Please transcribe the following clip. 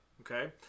okay